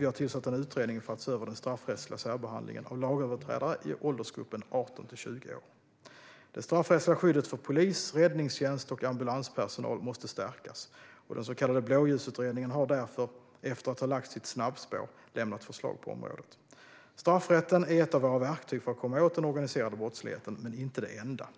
vi har tillsatt en utredning för att se över den straffrättsliga särbehandlingen av lagöverträdare i åldersgruppen 18-20 år. Det straffrättsliga skyddet för polis, räddningstjänst och ambulanspersonal måste stärkas, och den så kallade Blåljusutredningen har därför, efter att ha lagts i ett snabbspår, lämnat förslag på området. Straffrätten är ett av våra verktyg för att komma åt den organiserade brottsligheten men inte det enda.